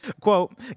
Quote